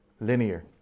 linear